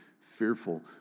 fearful